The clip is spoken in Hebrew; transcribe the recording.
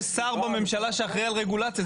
יש שר בממשלה שאחראי על רגולציה,